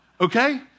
Okay